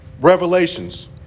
Revelations